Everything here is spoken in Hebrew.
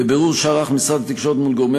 בבירור שערך משרד התקשורת מול גורמי